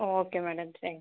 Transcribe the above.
okay madam thanks